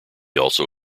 also